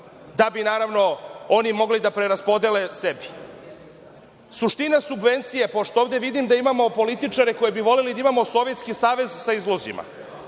da bi oni mogli da preraspodele sebi. Suština subvencija, pošto ovde vidim da imamo političare koji bi voleli da imamo Sovjetski Savez sa punim